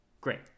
Great